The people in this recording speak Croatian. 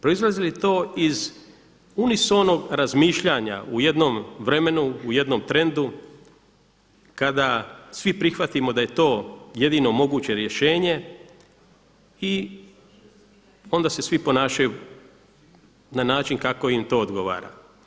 Proizlazi li to iz unisonog razmišljanja u jednom vremenu, u jednom trendu kada svi prihvatimo da je to jedino moguće rješenje i onda se svi ponašaju na način kako im to odgovara?